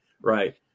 right